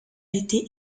été